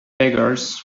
beggars